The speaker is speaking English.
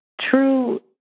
true